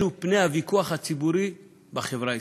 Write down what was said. אלו פני הוויכוח הציבורי בחברה הישראלית.